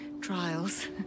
trials